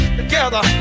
together